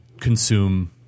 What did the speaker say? consume